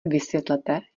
vysvětlete